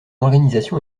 organisation